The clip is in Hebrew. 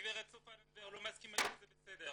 הגברת סופה לנדבר לא מסכימה וזה בסדר,